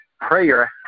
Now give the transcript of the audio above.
prayer